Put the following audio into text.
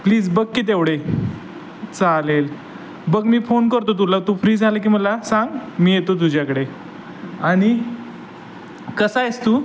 please बघ की तेवढे चालेल बघ मी फोन करतो तुला तू फ्री झालं की मला सांग मी येतो तुझ्याकडे आणि कसा आहेस तू